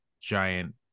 giant